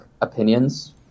opinions